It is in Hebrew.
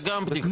זו גם בדיחה.